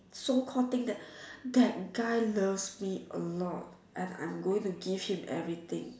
so called think that that guy loves me a lot and I'm going to give him everything